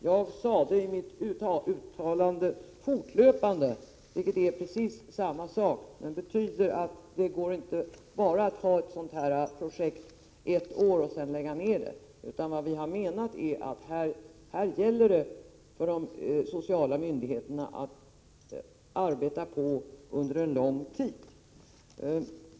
Jag sade i mitt förra inlägg ”fortgående”, vilket är precis detsamma som kontinuerlig. Det betyder att det inte går att ha ett sådant projekt bara ett år och sedan lägga ned det, utan vad vi har menat är att det här gäller för de sociala myndigheterna att arbeta på under en lång tid.